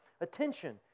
attention